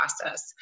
process